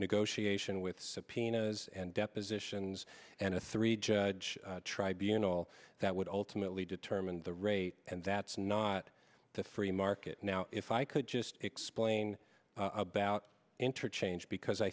negotiation with subpoenas and depositions and a three judge tribunals that would ultimately determine the rate and that's not the free market now if i could just explain about interchange because i